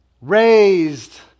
raised